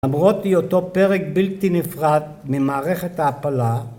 למרות אותו פרק בלתי נפרד ממערכת ההעפלה